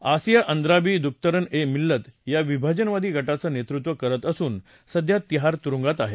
आसिया अंद्राबी दुख्तरन ए मिल्लत या विभाजनवादी गटाचं नेतृत्व करत असून सध्या तिहार तुरुंगात आहे